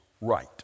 right